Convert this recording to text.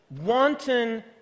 wanton